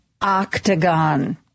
octagon